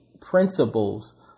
principles